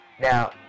now